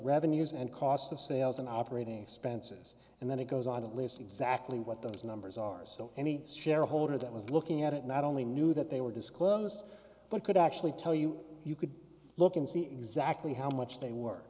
revenues and cost of sales and operating expenses and then it goes on to list exactly what those numbers are so any shareholder that was looking at it not only knew that they were disclosed but could actually tell you you could look and see exactly how much they were